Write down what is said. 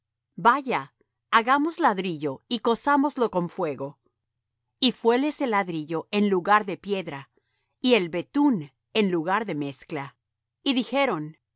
vaya hagamos ladrillo y cozámoslo con fuego y fuéles el ladrillo en lugar de piedra y el betún en lugar de mezcla y dijeron